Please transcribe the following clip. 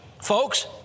Folks